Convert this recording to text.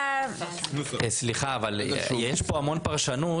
סליחה, יש פה המון פרשנות.